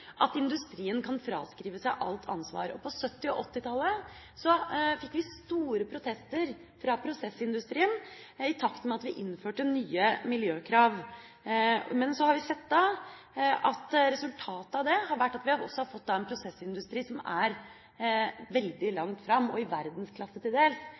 at industrien kan fraskrive seg alt ansvar. På 1970- og 1980-tallet kom det store protester fra prosessindustrien i takt med at vi innførte nye miljøkrav, men så har vi sett at resultatet av det har vært at vi har fått en prosessindustri som er veldig langt framme – til dels